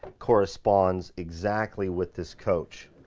corresponds exactly with this coach.